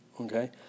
okay